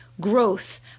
growth